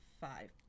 five